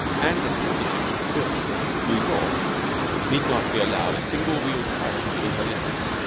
and until the ships were built new york need not be allowed a single-wheeled carriage within her limits.